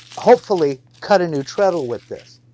hopefully cut a new treadle with this.